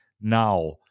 now